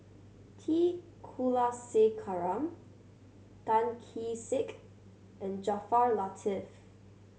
T Kulasekaram Tan Kee Sek and Jaafar Latiff